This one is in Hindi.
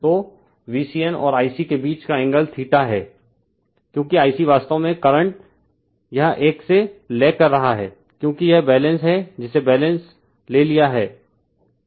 तो VCN और Ic के बीच का एंगल θ है क्योंकि Ic वास्तव में करंट यह एक से लेग कर रहा है क्योंकि यह बैलेंस है जिसे बैलेंस ले लिया है